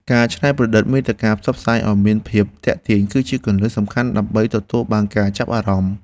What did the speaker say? ការច្នៃប្រឌិតមាតិកាផ្សព្វផ្សាយឱ្យមានភាពទាក់ទាញ គឺជាគន្លឹះសំខាន់ដើម្បីទទួលបានការចាប់អារម្មណ៍។